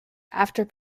after